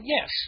yes